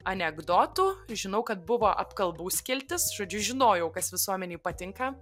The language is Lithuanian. anekdotų žinau kad buvo apkalbų skiltis žodžiu žinojau kas visuomenei patinka